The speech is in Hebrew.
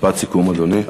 משפט סיכום, אדוני.